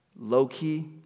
low-key